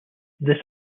this